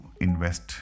invest